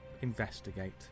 investigate